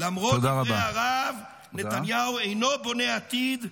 למרות דברי הרהב נתניהו אינו בונה עתיד,